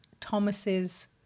Thomas's